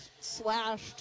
slashed